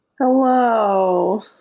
hello